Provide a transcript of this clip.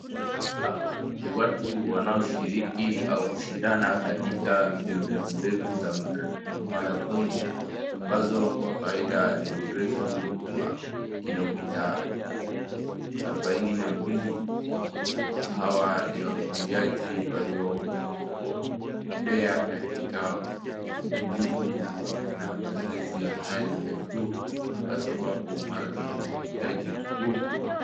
Hawa ni watu wanaoshiriki au kushindana katika mbio ndefu ndefu za marathoni, ambazo kwa kawaida ni urefu wa kilomita arubaini na mbili. Hawa ni wakimbiaji waliobobea katika uvumulivu na mazoezi ya juu kwasababu marathon inahitaji nguvu.